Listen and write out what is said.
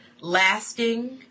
lasting